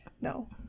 no